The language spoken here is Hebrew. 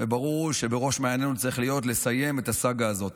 וברור שבראש מעיינינו צריך להיות לסיים את הסאגה הזאת.